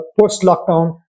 post-lockdown